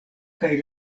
kaj